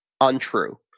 untrue